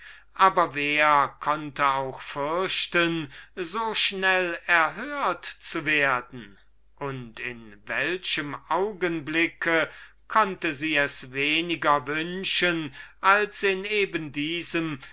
aber wer konnte auch fürchten so schnell erhört zu werden und in welchem augenblick konnte sie es weniger wünschen als in eben diesem